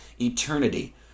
eternity